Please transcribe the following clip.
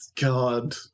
God